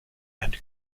and